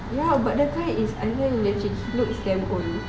ya but the guy is I don't know he looks damn old